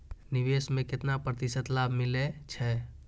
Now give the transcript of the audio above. निवेश में केतना प्रतिशत लाभ मिले छै?